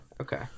okay